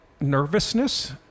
nervousness